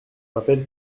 rappelle